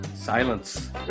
Silence